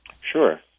Sure